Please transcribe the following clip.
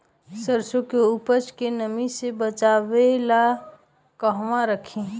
सरसों के उपज के नमी से बचावे ला कहवा रखी?